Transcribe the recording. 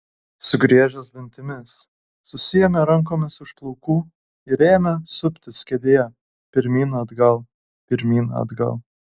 sugriežęs dantimis susiėmė rankomis už plaukų ir ėmė suptis kėdėje pirmyn atgal pirmyn atgal